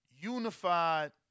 unified